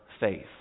faith